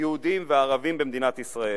יהודים לערבים במדינת ישראל.